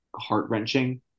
heart-wrenching